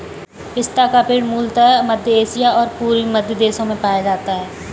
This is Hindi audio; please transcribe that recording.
पिस्ता का पेड़ मूलतः मध्य एशिया और पूर्वी मध्य देशों में पाया जाता है